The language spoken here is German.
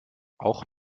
auch